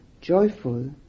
joyful